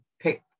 pick